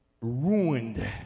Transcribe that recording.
ruined